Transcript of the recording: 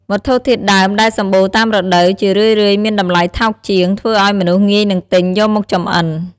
វត្ថុធាតុដើមដែលសម្បូរតាមរដូវ ជារឿយៗមានតម្លៃថោកជាង ធ្វើឱ្យមនុស្សងាយនឹងទិញយកមកចម្អិន។